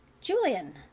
Julian